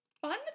fun